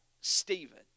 Stephen